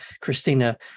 Christina